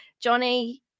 johnny